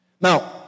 Now